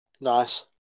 Nice